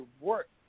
work